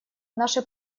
наши